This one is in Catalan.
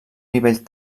nivell